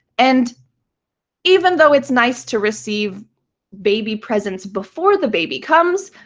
and even though it's nice to receive baby presents before the baby comes,